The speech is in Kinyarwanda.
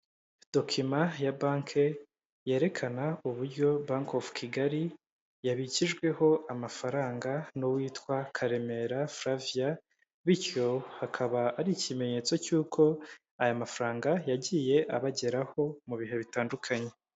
Dokima ya banki yerekana uburyo Bank of Kigali yabikijweho amafaranga n'uwitwa KAREMERA Flavia bityo hakaba ari ikimenyetso cy'uko aya mafaranga yagiye abageraho mu bihe bitandukanye